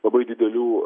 labai didelių